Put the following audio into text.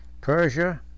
Persia